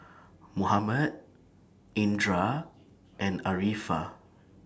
Muhammad Indra and Arifa